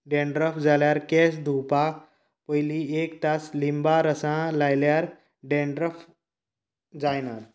dandruff जाल्यार केंस धुवपाक पयली एक तास लिंबां रसान लायल्यार डेंन्ड्रफ जायना